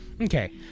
Okay